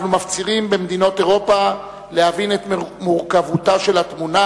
אנחנו מפצירים במדינות אירופה להבין את מורכבותה של התמונה